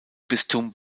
bistum